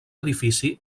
edifici